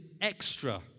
extra